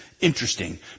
interesting